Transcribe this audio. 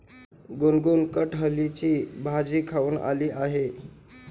गुनगुन कठहलची भाजी खाऊन आली आहे